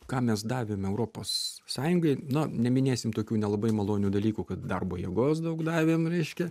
ką mes davėme europos sąjungai na neminėsim tokių nelabai malonių dalykų kad darbo jėgos daug davėm reiškia